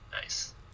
Nice